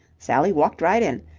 sally walked right in,